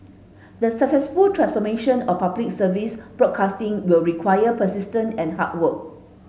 the successful transformation of Public Service broadcasting will require persistence and hard work